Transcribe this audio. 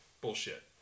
Bullshit